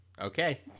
Okay